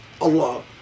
Allah